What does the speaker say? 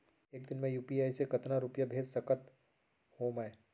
एक दिन म यू.पी.आई से कतना रुपिया भेज सकत हो मैं?